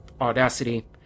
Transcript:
audacity